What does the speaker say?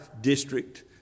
district